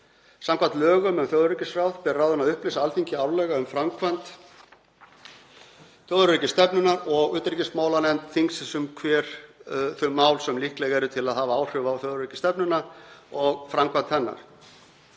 Samkvæmt lögum um þjóðaröryggisráð ber ráðinu að upplýsa Alþingi árlega um framkvæmd þjóðaröryggisstefnunnar og utanríkismálanefnd þingsins um hver þau mál sem líkleg eru til að hafa áhrif á þjóðaröryggisstefnuna og framkvæmd hennar.